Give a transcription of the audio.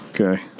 Okay